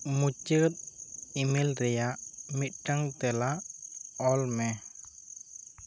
ᱢᱩᱪᱟ ᱫ ᱤᱢᱮᱞ ᱨᱮᱭᱟᱜ ᱢᱤᱫᱴᱟ ᱝ ᱛᱮᱞᱟ ᱚᱞᱢᱮ